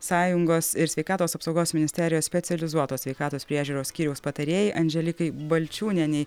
sąjungos ir sveikatos apsaugos ministerijos specializuotos sveikatos priežiūros skyriaus patarėjai andželikai balčiūnienei